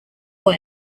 boy